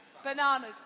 Bananas